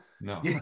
No